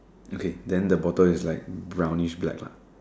okay then the bottom is like brownish black lah